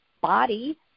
body